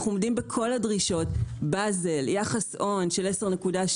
אנחנו עומדים בכל הדרישות, בזל, יחס הון של 10.2,